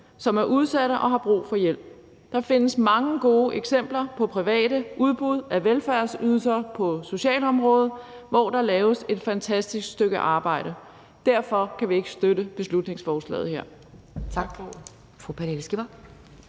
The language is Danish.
som er udsatte og har brug for hjælp. Der findes mange gode eksempler på private udbud af velfærdsydelser på socialområdet, hvor der laves et fantastisk stykke arbejde. Derfor kan vi ikke støtte beslutningsforslaget her. Tak